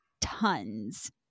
tons